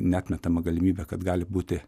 neatmetama galimybė kad gali būti